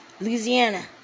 Louisiana